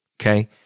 Okay